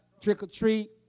trick-or-treat